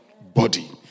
body